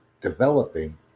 developing